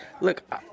look